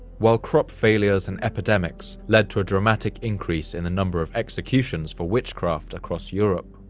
while crop failures and epidemics led to a dramatic increase in a number of executions for witchcraft across europe.